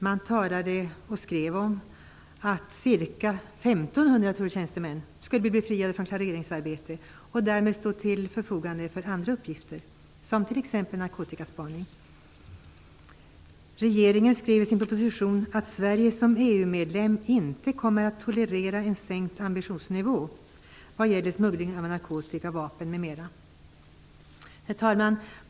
De talade och skrev om att ca 1 500 tulltjänstemän skulle bli befriade från klareringsarbete och därmed stå till förfogande för andra uppgifter, t.ex. narkotikaspaning. EU-medlem inte kommer att tolerera en sänkt ambitionsnivå vad gäller smuggling av narkotika, vapen m.m. Herr talman!